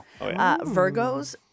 Virgos